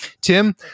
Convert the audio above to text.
Tim